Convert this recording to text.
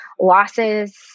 losses